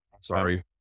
Sorry